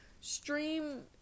stream